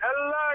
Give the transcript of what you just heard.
Hello